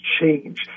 change